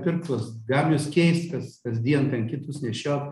pirkt tuos gaminius keist kas kasdien ten kitus nešiot